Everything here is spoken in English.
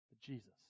Jesus